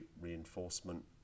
reinforcement